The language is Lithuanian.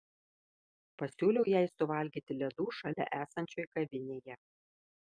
pasiūliau jai suvalgyti ledų šalia esančioj kavinėje